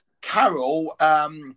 Carol